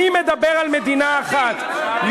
מי מדבר על מדינה אחת?